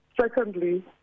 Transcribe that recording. Secondly